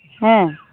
ᱦᱮᱸ